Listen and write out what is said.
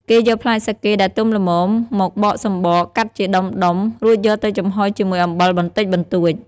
គេយកផ្លែសាកេដែលទុំល្មម មកបកសំបក កាត់ជាដុំៗ រួចយកទៅចំហុយជាមួយអំបិលបន្តិចបន្តួច។